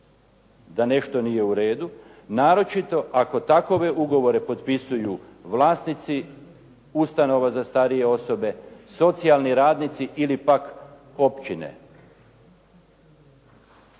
da nešto nije u redu, naročito ako takove ugovore potpisuju vlasnici ustanova za starije osobe, socijalni radnici ili pak općine.